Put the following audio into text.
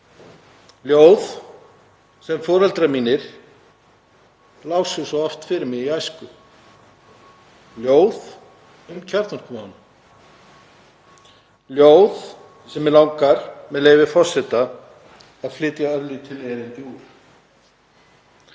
ljóð sem foreldrar mínir lásu svo oft fyrir mig í æsku, ljóð um kjarnorkuvána, ljóð sem mig langar, með leyfi forseta, að flytja örlítið erindi úr.